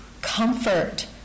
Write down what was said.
comfort